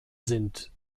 sind